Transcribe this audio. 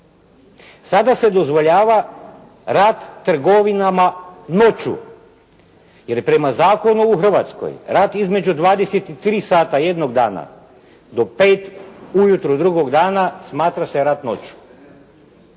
Sada se dozvoljava rad trgovinama noću jer je prema zakonu u Hrvatskoj rad između 23 sata jednog dana do 5 ujutro drugog dana smatra se rad noću.